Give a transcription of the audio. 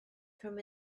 from